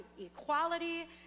equality